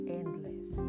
endless